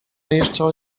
jeszcze